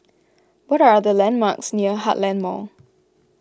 what are the landmarks near Heartland Mall